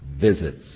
visits